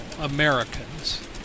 Americans